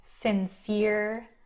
sincere